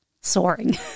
soaring